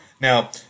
Now